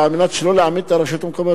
ועל מנת שלא להעמיד את הרשויות המקומיות